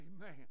Amen